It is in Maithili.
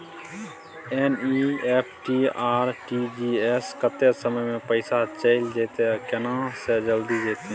एन.ई.एफ.टी आ आर.टी.जी एस स कत्ते समय म पैसा चैल जेतै आ केना से जल्दी जेतै?